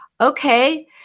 Okay